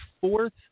fourth